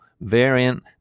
variant